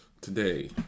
today